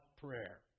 prayer